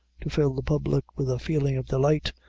to fill the public with a feeling of delight,